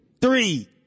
three